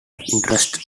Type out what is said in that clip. interests